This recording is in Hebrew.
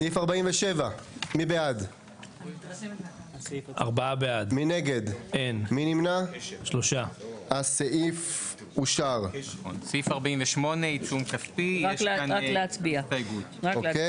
סעיף 55. להצביע.